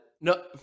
no